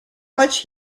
much